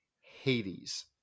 Hades